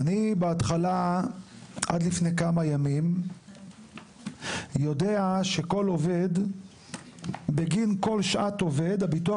אני התחלה עד לפני כמה ימים יודע שכל עובד בגין כל שעת עובד הביטוח